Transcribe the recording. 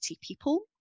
people